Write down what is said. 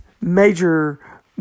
major